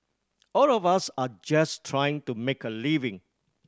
all of us are just trying to make a living